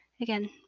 Again